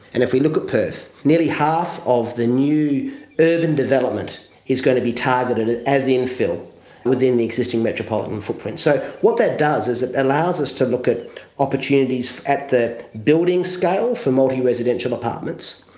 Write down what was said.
and if we look at perth, nearly half of the new urban development is going to be targeted as infill within the existing metropolitan footprint. so what that does is it allows us to look at opportunities at the building scale for multi-residential apartments,